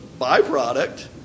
byproduct